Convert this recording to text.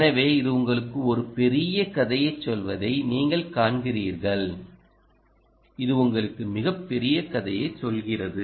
எனவே இது உங்களுக்கு ஒரு பெரிய கதையைச் சொல்வதை நீங்கள் காண்கிறீர்கள் இது உங்களுக்கு மிகப் பெரிய கதையைச் சொல்கிறது